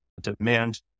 demand